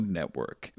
Network